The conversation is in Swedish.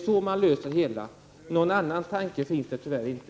Någon annan tanke finns tyvärr inte.